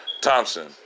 Thompson